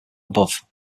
above